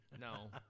No